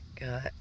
Got